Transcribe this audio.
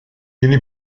yeni